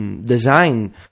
design